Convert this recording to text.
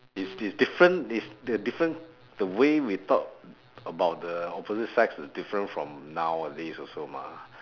it's the different it's the different the way we talk about the opposite sex is different from nowadays also mah